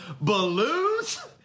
balloons